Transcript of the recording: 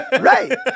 Right